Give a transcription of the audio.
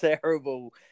terrible